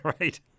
right